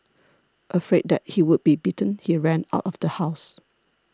afraid that he would be beaten he ran out of the house